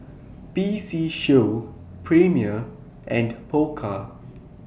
P C Show Premier and Pokka